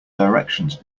directions